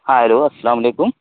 ہاں ہیلو السلام علیکم